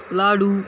लाडू